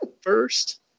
first